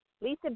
Lisa